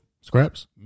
Scraps